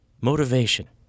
motivation